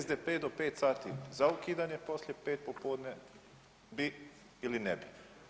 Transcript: SDP do pet sati za ukidanje, poslije pet popodne bi ili ne bi.